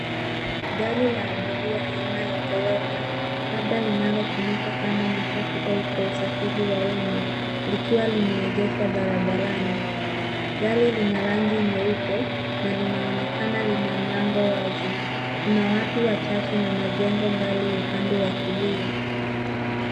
Gari la abiria aina ya Toyota labda linalotumika kama matatu au kwa usafiri wa umma likiwa limeegeshwa barabarani. Gari lina rangi nyeupe na linaonekana lina mlango wazi. Kuna watu wachache na majengo mbali upande wa kulia.